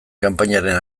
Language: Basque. kanpainaren